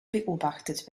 beobachtet